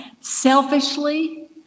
selfishly